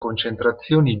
concentrazioni